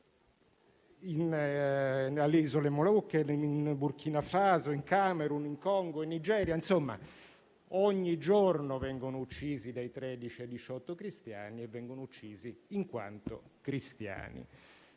nelle Isole Molucche, in Burkina Faso, in Camerun, in Congo, in Nigeria. Insomma, ogni giorno vengono uccisi dai 13 ai 18 cristiani, solo in quanto cristiani.